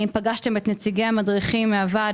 האם פגשתם את נציגי המדריכים מן הוועד